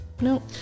No